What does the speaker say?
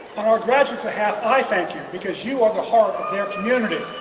on our graduates behalf i thank you because you are the heart of their community.